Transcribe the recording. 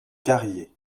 carrier